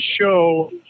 show